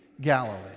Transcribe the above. Galilee